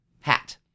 hat